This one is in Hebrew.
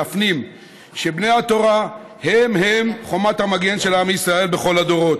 להפנים שבני התורה הם-הם חומת המגן של עם ישראל בכל הדורות,